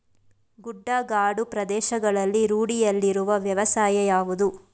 ಗುಡ್ಡಗಾಡು ಪ್ರದೇಶಗಳಲ್ಲಿ ರೂಢಿಯಲ್ಲಿರುವ ವ್ಯವಸಾಯ ಯಾವುದು?